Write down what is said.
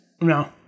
No